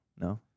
no